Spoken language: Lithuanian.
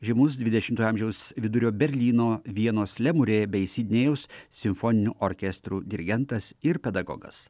žymus dvidešimtojo amžiaus vidurio berlyno vienos lemūrė bei sidnėjaus simfoninių orkestrų dirigentas ir pedagogas